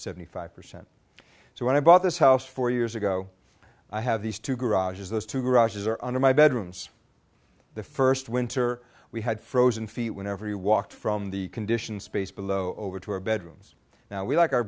seventy five percent so when i bought this house four years ago i have these two garages those two garages are under my bedrooms the first winter we had frozen feet whenever you walk from the condition space below over to our bedrooms now we like our